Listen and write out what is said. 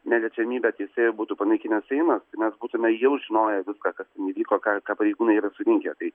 neliečiamybes jisai būtų panaikinęs seimas tai mes jau būtume jau žinoję viską kas ten įvyko ką ką pareigūnai yra surinkę tai